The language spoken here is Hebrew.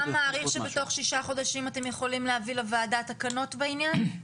אתה מעריך שבתוך שישה חודשים אתם יכולים להביא לוועדה תקנות בעניין?